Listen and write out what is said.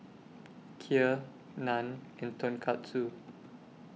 Kheer Naan and Tonkatsu